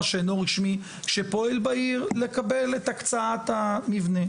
שאינו רשמי שפועל בעיר לקבל את הקצאת המבנה,